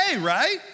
right